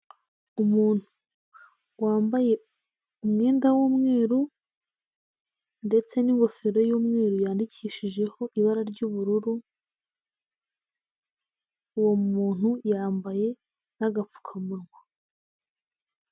Umuntu wambaye umwenda w'umweru ndetse n'ingofero y'umweru yandikishijeho ibara ry'ubururu, uwo muntu yambaye n'agapfukamunwa.